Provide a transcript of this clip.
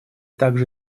также